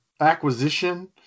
acquisition